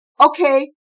okay